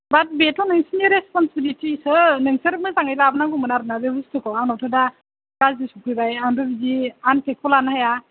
बात बेथ' नोंसोरनि रेसपन्सिबिलितिसो नोंसोर मोजांयै लाबनांगौमोन आरो ना बे बुस्तुखौ आंनावथ' दा गाज्रि सौफैबाय आंथ' बिदि आनपेकखौ लानो हाया